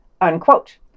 Unquote